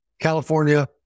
California